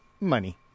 money